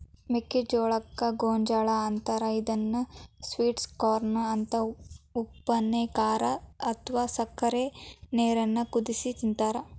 ಮೆಕ್ಕಿಜೋಳಕ್ಕ ಗೋಂಜಾಳ ಅಂತಾರ ಇದನ್ನ ಸ್ವೇಟ್ ಕಾರ್ನ ಅಂತ ಉಪ್ಪನೇರಾಗ ಅತ್ವಾ ಸಕ್ಕರಿ ನೇರಾಗ ಕುದಿಸಿ ತಿಂತಾರ